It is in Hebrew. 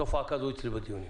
תופעה כזו אצלי בדיונים.